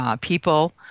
People